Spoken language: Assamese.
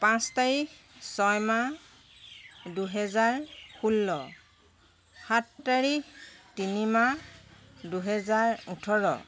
পাঁচ তাৰিখ ছয় মাহ দুহেজাৰ ষোল্ল সাত তাৰিখ তিনি মাহ দুহেজাৰ ওঠৰ